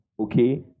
Okay